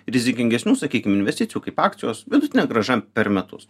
rizikingesnių sakykim investicijų kaip akcijos vidutinė grąža per metus